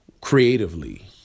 creatively